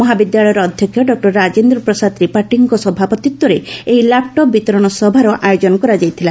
ମହାବିଦ୍ୟାଳୟର ଅଧ୍ଧକ୍ଷ ଡଃ ରାଜେନ୍ଦ ପ୍ରସାଦ ତିପାଠୀଙ୍କ ସଭାପତିତ୍ୱରେ ଏହି ଲାପଟପ ବିତରଣ ସଭାର ଆୟୋଜନ କରାଯାଇଥିଲା